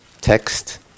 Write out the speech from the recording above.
text